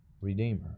redeemer